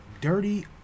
dirty